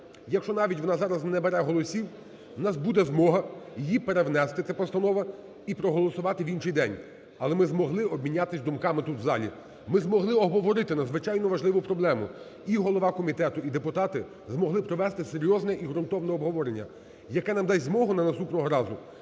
Якщо навіть вона зараз не набере голосів, у нас буде змога її перенести цю постанову і проголосувати в інший день. Але ми змогли обмінятися думками тут в залі. Ми змогли обговорити надзвичайно важливу проблему. І голова комітету і депутати змогли провести серйозне і ґрунтовне обговорення, яке нам дасть змогу наступного разу